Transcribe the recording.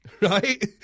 right